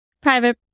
private